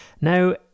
Now